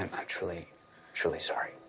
um actually truly sorry,